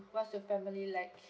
what's your family like